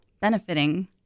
benefiting